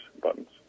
buttons